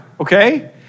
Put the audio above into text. okay